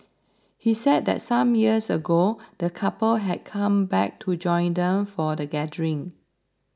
he said that some years ago the couple had come back to join them for the gathering